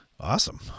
Awesome